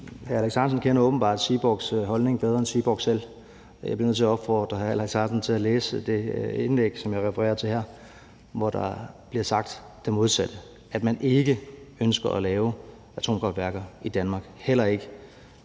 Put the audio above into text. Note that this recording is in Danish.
hr. Alex Ahrendtsen kender åbenbart Seaborgs holdning bedre end Seaborg selv. Jeg bliver nødt til at opfordre hr. Alex Ahrendtsen til at læse det indlæg, som jeg refererer til her, hvor der bliver sagt det modsatte, altså at man ikke ønsker at lave atomkraftværker i Danmark – heller ikke